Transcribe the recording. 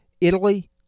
Italy